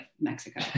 Mexico